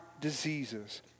diseases